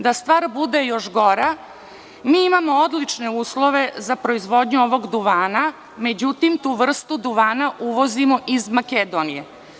Da stvar bude još gora, mi imamo odlične uslove za proizvodnju ovog duvana, međutim, tu vrstu duvana uvozimo iz Makedonije.